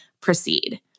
proceed